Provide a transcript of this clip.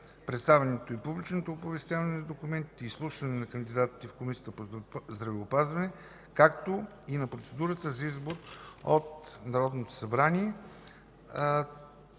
представянето и публичното оповестяване на документите и изслушването на кандидатите в Комисията по здравеопазването, както и на процедурата за избор от Народното събрание